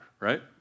Right